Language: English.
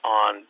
on